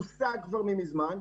הושג כבר ממזמן,